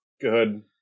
Good